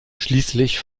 schließlich